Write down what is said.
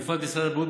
בפרט משרד הבריאות,